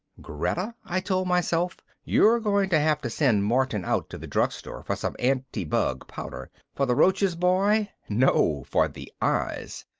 greta, i told myself, you're going to have to send martin out to the drugstore for some anti-bug powder. for the roaches, boy? no, for the eyes.